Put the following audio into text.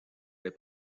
les